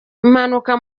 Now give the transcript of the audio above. impanuka